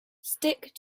stick